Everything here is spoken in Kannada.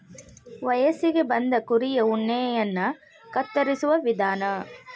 ವಯಸ್ಸಿಗೆ ಬಂದ ಕುರಿಯ ಉಣ್ಣೆಯನ್ನ ಕತ್ತರಿಸುವ ವಿಧಾನ